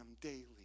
daily